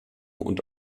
und